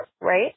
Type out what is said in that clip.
right